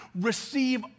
receive